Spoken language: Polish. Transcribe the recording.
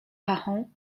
pachą